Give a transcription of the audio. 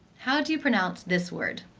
how do you pronounce this word?